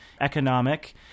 economic